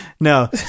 No